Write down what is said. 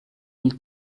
mille